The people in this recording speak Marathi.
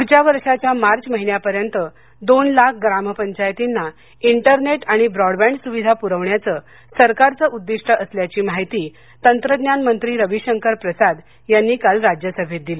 पुढच्या वर्षाच्या मार्च महिन्यापर्यंत दोन लाख ग्रामपंचायतींना इंटरनेट आणि ब्रॉडबड सुविधा पुरवण्याचं सरकारचं उद्दिष्ट असल्याची माहिती तंत्रज्ञान मंत्री रवी शंकर प्रसाद यांनी काल राज्यसभेत दिली